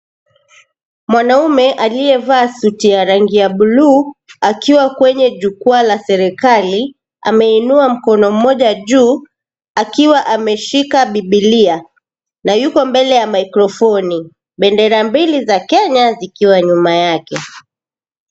Mwanamme aliyavaa suti ya rangi ya buluu akiwa kwenye jukwaa la serikali ameinua mkono mmoja juu akiwa ameshika bibilia na yuko mbele ya mikrofoni bendera mbili za Kenya zikiwa nyuma yake.